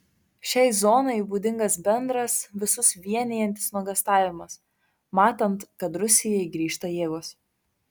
šiai zonai būdingas bendras visus vienijantis nuogąstavimas matant kad rusijai grįžta jėgos